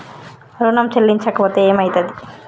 ఋణం చెల్లించకపోతే ఏమయితది?